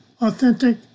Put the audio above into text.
authentic